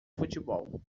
futebol